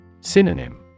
Synonym